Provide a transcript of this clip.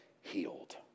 healed